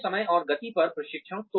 अपने समय और गति पर प्रशिक्षण